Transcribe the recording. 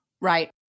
Right